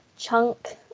chunk